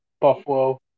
Buffalo